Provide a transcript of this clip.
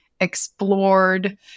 explored